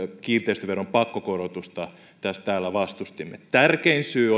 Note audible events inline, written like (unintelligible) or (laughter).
kiinteistöveron pakkokorotusta täällä vastustimme tietenkin tärkein syy (unintelligible)